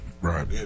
Right